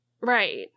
right